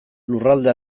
lurralde